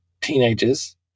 teenagers